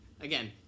Again